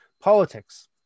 Politics